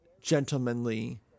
gentlemanly